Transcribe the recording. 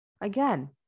again